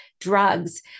drugs